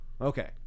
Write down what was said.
Okay